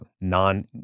non